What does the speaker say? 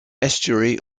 estuary